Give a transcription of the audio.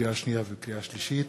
לקריאה שנייה ולקריאה שלישית,